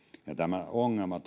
tämä ongelma